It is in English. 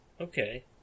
Okay